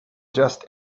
just